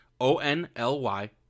O-N-L-Y